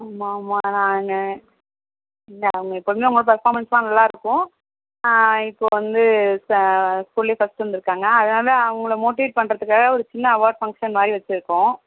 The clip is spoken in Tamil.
ஆமாம் ஆமாம் நான் இல்லை அவங்க பொண்ணு பர்ஃபாமென்ஸ்லாம் நல்லா இருக்கும் இப்போது வந்து ஸ்கூல்லேயே ஃபர்ஸ்ட்டு வந்திருக்காங்க அதனால அவங்கள மோட்டிவேட் பண்ணுறதுக்காக ஒரு சின்ன அவார்ட் ஃபங்க்ஷன் மாதிரி வச்சுருக்கோம்